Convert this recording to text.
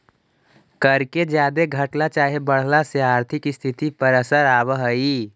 कर के जादे घटला चाहे बढ़ला से आर्थिक स्थिति पर असर आब हई